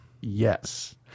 Yes